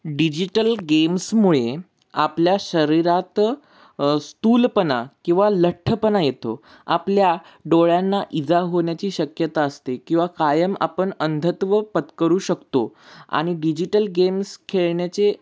digital गेम्समुळे आपल्या शरीरात स्थूलपणा किंवा लठ्ठपणा येतो आपल्या डोळ्यांना इजा होण्याची शक्यता असते किंवा कायम आपण अंधत्व पत्करू शकतो आणि डिजिटल गेम्स खेळण्याचे